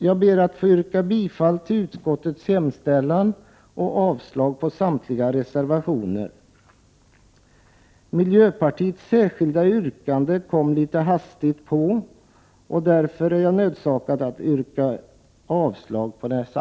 Jag ber att få yrka bifall till utskottets hemställan och avslag på samtliga reservationer. Miljöpartiets särskilda yrkande kom litet plötsligt, och jag är därför nödsakad att yrka avslag på detta.